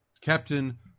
Captain